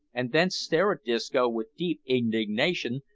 and thence stare at disco with deep indignation,